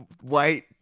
White